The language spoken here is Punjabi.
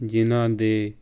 ਜਿਹਨਾਂ ਦੇ